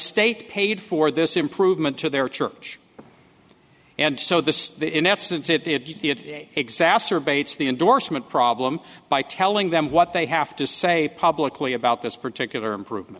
state paid for this improvement to their church and so this in essence it exacerbates the indorsement problem by telling them what they have to say publicly about this particular improvement